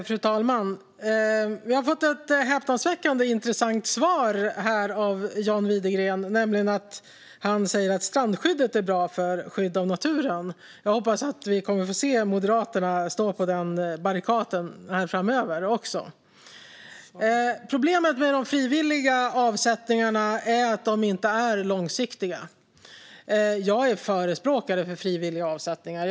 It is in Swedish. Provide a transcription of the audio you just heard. Fru talman! Vi har fått ett häpnadsväckande intressant svar här av John Widegren. Han säger att strandskyddet är bra för skydd av naturen. Jag hoppas att vi kommer att få se Moderaterna att stå på den barrikaden framöver. Problemet med de frivilliga avsättningarna är att de inte är långsiktiga. Jag är förespråkare för frivilliga avsättningar.